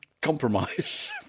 compromise